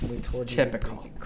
Typical